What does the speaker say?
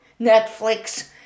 Netflix